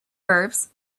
verbs